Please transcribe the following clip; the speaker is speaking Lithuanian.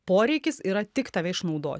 poreikis yra tik tave išnaudot